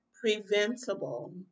Preventable